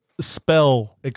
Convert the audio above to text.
spell